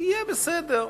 יהיה בסדר.